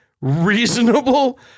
reasonable